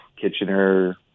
Kitchener